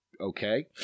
okay